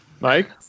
Mike